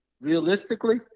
realistically